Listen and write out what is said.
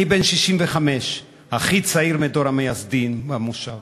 אני בן 65, הכי צעיר מדור המייסדים במושב.